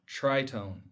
Tritone